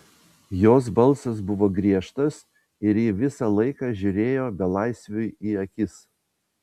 jos balsas buvo griežtas ir ji visą laiką žiūrėjo belaisviui į akis